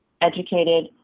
educated